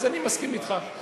אז אני מסכים אתך.